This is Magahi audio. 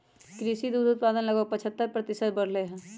कृषि दुग्ध उत्पादन लगभग पचहत्तर प्रतिशत बढ़ लय है